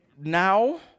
Now